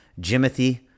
Jimothy